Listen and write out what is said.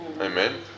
Amen